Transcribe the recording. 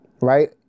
right